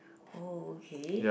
oh okay